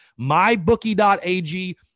mybookie.ag